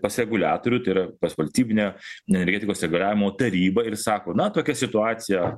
pas reguliatorių tai yra pas valstybinę energetikos reguliavimo tarybą ir sako na tokia situacija